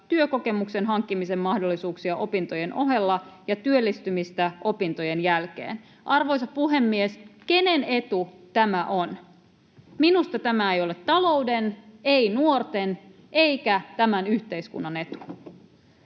työkokemuksen hankkimisen mahdollisuuksia opintojen ohella ja työllistymistä opintojen jälkeen. Arvoisa puhemies, kenen etu tämä on? Minusta tämä ei ole talouden, ei nuorten eikä tämän yhteiskunnan etu.